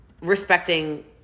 respecting